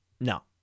No